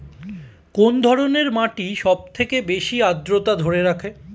কোন ধরনের মাটি সবথেকে বেশি আদ্রতা ধরে রাখে?